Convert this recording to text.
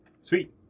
Sweet